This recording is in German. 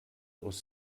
aus